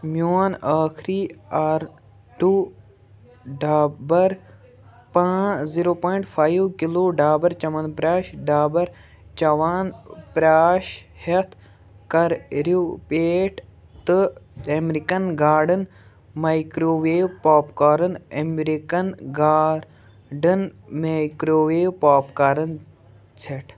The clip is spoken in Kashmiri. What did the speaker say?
میون آخری آر ٹوٗ Dabur zero point five kilo Dabur Chyawanprash Dabur Chyawanprash ہٮ۪تھ کَر رِوپیٹ تہٕ American Garden microwave popcorn American Garden microwave popcorn ژٮ۪ٹھ